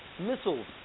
missiles